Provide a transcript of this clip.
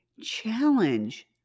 challenge